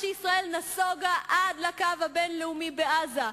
שישראל נסוגה עד לקו הבין-לאומי בעזה,